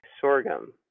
sorghum